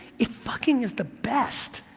it fucking is the best.